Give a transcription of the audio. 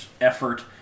effort